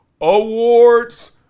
awards